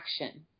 action